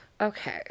Okay